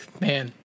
man